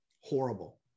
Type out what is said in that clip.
horrible